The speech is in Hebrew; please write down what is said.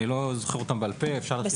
זה